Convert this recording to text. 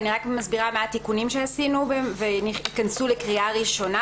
אני רק מסבירה מה התיקונים שעשינו וייכנסו לקריאה ראשונה.